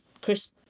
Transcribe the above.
Chris